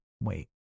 Wait